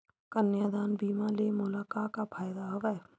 कन्यादान बीमा ले मोला का का फ़ायदा हवय?